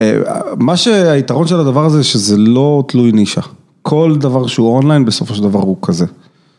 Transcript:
מה שהיתרון של הדבר זה שזה לא תלוי נישא, כל דבר שהוא אונליין בסופו של דבר הוא כזה.